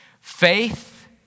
Faith